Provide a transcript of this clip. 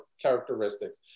characteristics